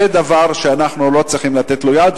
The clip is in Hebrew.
זה דבר שאנחנו לא צריכים לתת לו יד.